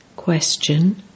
Question